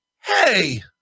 Hey